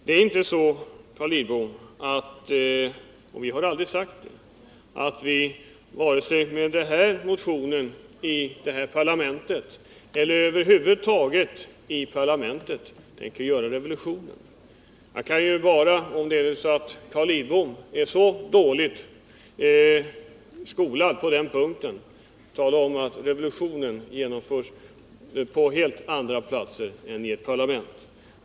Det är inte så, Carl Lidbom — och jag har aldrig sagt det — att vi vare sig med den här motionen i det här parlamentet eller över huvud taget i parlamentet tänker göra revolution. Jag kan ju bara, om det är så att Carl Lidbom är dåligt skolad på den punkten, tala om att revolutionen genomförs på helt andra platser än i ett parlament.